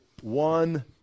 one